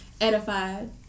edified